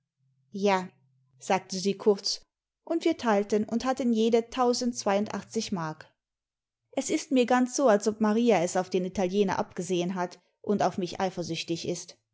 ja sagte sie kurz und wir teilten und hatten jede tausendzweiundachtzig mark es ist mir ganz so als ob maria es auf den italiener abgesehen hat und auf mich eifersüchtig ist